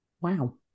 Wow